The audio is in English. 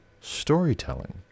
storytelling